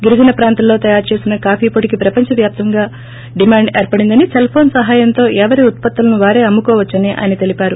గిరిజన ప్రాంతంలో తయారు చేసిన కాపీ పోడికి ప్రపంచ వ్యాప్తంగా డిమాండ్ ఏర్పడిందని సేల్ ఫోసే సహయంతో ఎవరి ఉత్పత్తులను వారే అమ్ము కోవచ్చని ఆయన తెలిపారు